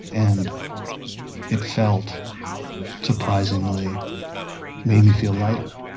and it felt surprisingly made me feel lighter.